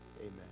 amen